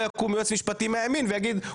לא יקום יועץ משפטי מהימין ויגיד,